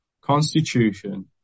constitution